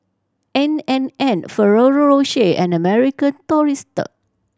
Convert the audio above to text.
N and N Ferrero Rocher and American Tourister